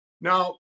Now